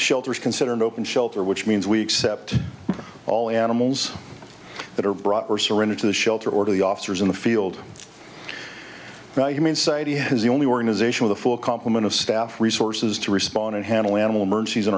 shelters consider an open shelter which means we accept all animals that are brought or surrendered to the shelter or to the officers in the field the human society has the only organization with a full complement of staff resources to respond and handle animal emergencies in